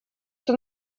что